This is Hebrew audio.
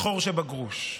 לחור שבגרוש.